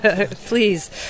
Please